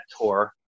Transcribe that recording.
tour